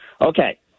Okay